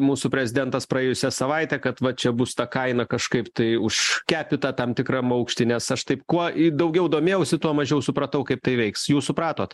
mūsų prezidentas praėjusią savaitę kad va čia bus ta kaina kažkaip tai užkepita tam tikram aukšty nes aš taip kuo daugiau domėjausi tuo mažiau supratau kaip tai veiks jūs supratot